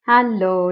Hello